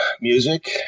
music